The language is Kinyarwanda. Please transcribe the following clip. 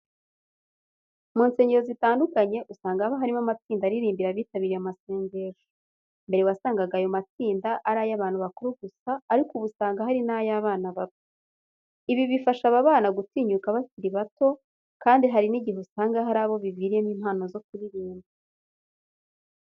Mu nsengero zitandukanye, usanga haba harimo amatsida aririmbira abitabiriye amasengesho. Mbere wasangaga ayo matsinda ari ay'abantu bakuru gusa ariko ubu usanga hari n'ay'abana bato. Ibi bifasha aba bana gutinyuka bakiri bato kandi hari n'igihe usanga hari abo biviriyemo impano zo kuririmba.